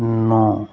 ਨੌਂ